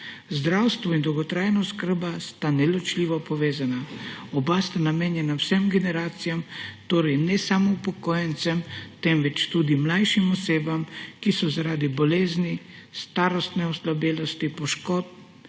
Zdravstvo in dolgotrajna oskrba sta neločljivo povezana, oba sta namenjena vsem generacijam, torej ne samo upokojencem, temveč tudi mlajšim osebam, ki so zaradi bolezni, starostne oslabelosti, poškodb,